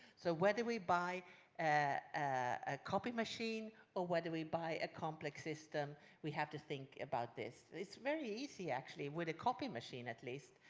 so whether we buy a copy machine or whether we buy a complex system, we have to think about this. it is very easy, actually, with a copy machine at least.